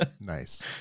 Nice